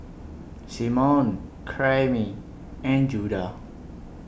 Simone Karyme and Judah